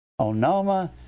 Onoma